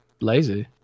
lazy